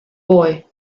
boy